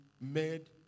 made